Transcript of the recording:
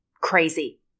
Crazy